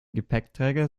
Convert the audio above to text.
gepäckträger